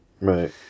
Right